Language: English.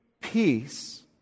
Peace